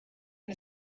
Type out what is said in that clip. the